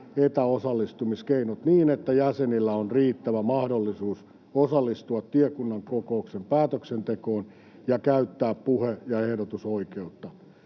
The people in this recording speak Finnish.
etäosallistumiskeinot niin, että jäsenillä on riittävä mahdollisuus osallistua tiekunnan kokouksen päätöksentekoon ja käyttää puhe- ja ehdotusoikeutta.